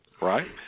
right